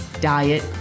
diet